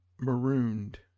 marooned